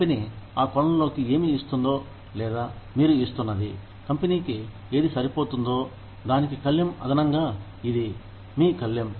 company ఆ కొలనులోకి ఏమి ఇస్తుందో లేదా మీరు ఇస్తున్నది కంపెనీకి ఏది సరిపోతుందో దానికి కళ్లెం అదనంగా ఇది మీ కళ్లెం